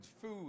food